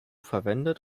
verwendet